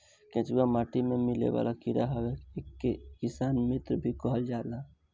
केचुआ माटी में मिलेवाला कीड़ा हवे एके किसान मित्र भी कहल जाला